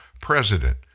President